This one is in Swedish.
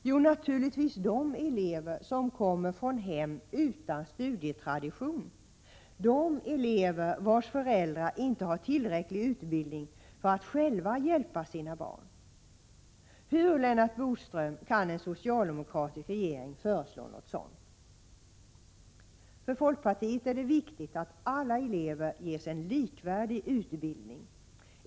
Jo, naturligtvis de elever som kommer från hem utan studietradition, de elever vars föräldrar inte själva har tillräcklig utbildning för att hjälpa sina barn. Hur, Lennart Bodström, kan en socialdemokratisk regering föreslå något sådant? För folkpartiet är det viktigt att alla elever ges en likvärdig utbildning.